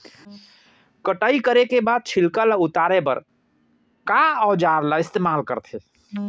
कटाई करे के बाद छिलका ल उतारे बर का औजार ल इस्तेमाल करथे?